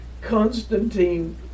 Constantine